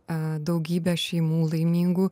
daugybė šeimų laimingų